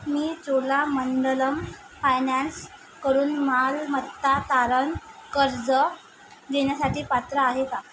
मी चोलामंडलम फायनॅन्सकडून मालमत्ता तारण कर्ज घेण्यासाठी पात्र आहे का